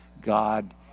God